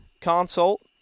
consult